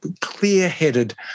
clear-headed